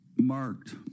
marked